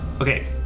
Okay